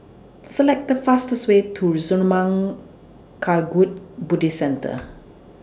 Select The fastest Way to Zurmang Kagyud Buddhist Centre